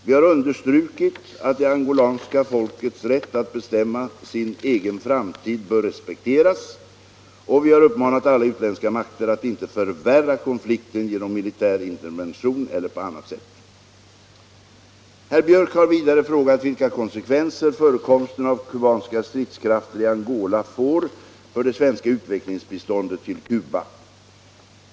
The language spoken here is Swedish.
Vi har understrukit att det angolanska folkets rätt att bestämma sin egen framtid bör respekteras och vi har uppmanat alla utländska makter att inte förvärra konflikten genom militär intervention eller på annat sätt.